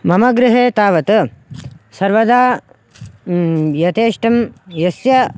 मम गृहे तावत् सर्वदा यथेष्टं यस्य